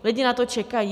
Lidi na to čekají.